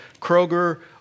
Kroger